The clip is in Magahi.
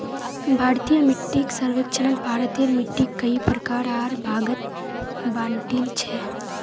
भारतीय मिट्टीक सर्वेक्षणत भारतेर मिट्टिक कई प्रकार आर भागत बांटील छे